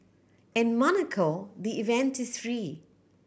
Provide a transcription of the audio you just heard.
in Monaco the event is free